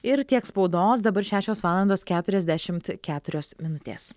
ir tiek spaudos dabar šešios valandos keturiasdešimt keturios minutės